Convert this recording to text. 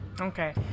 Okay